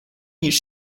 niż